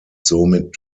somit